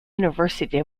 university